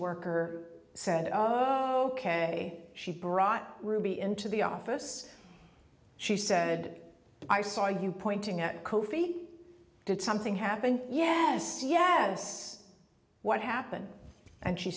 worker said oh ok she brought ruby into the office she said i saw you pointing at kofi did something happen yes yes what happened and she